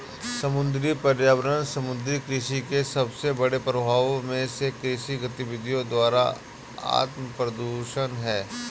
समुद्री पर्यावरण समुद्री कृषि के सबसे बड़े प्रभावों में से कृषि गतिविधियों द्वारा आत्मप्रदूषण है